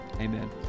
amen